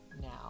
Now